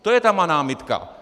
To je ta má námitka.